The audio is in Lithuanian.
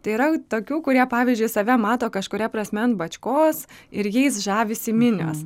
tai yra tokių kurie pavyzdžiui save mato kažkuria prasme ant bačkos ir jais žavisi minios